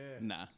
nah